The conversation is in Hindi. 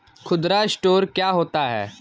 खुदरा स्टोर क्या होता है?